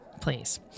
please